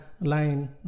line